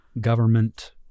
government